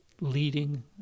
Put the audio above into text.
leading